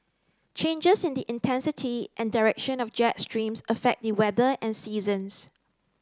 changes in the intensity and direction of jet streams affect the weather and seasons